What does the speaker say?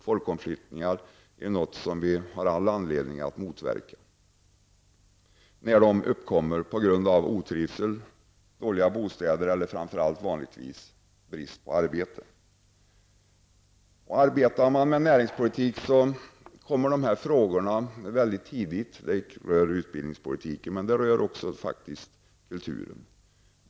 Folkomflyttningar som beror på otrivsel, dåliga bostäder eller, vilket är det vanligaste, brist på arbete, är någonting som vi har all anledning att motverka. De som arbetar med näringspolitik kommer på ett tidigt stadium in på utbildningspolitiken men även på kulturpolitiken.